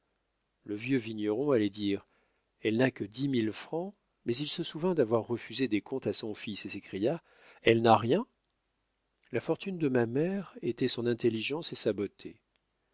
le vieux vigneron allait dire elle n'a que dix mille francs mais il se souvint d'avoir refusé des comptes à son fils et s'écria elle n'a rien la fortune de ma mère était son intelligence et sa beauté